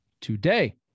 today